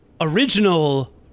original